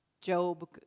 Job